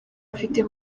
afite